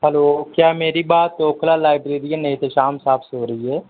hello کیا میری بات اوکھلا لائربیرین احتشام صاحب سے ہو رہی ہے